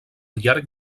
llarg